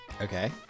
Okay